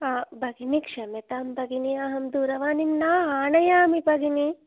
भगिनि क्षम्यतां भगिनि अहं दूरवाणीं न आनयामि भगिनि